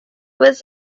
was